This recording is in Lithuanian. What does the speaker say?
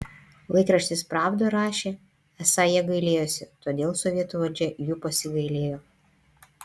laikraštis pravda rašė esą jie gailėjosi todėl sovietų valdžia jų pasigailėjo